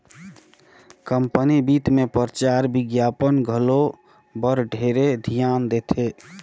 company बित मे परचार बिग्यापन घलो बर ढेरे धियान देथे